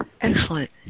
Excellent